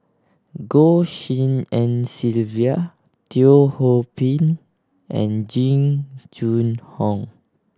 Goh Tshin En Sylvia Teo Ho Pin and Jing Jun Hong